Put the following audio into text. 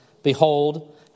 Behold